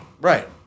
Right